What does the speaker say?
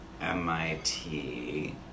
MIT